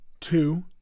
two